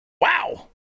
Wow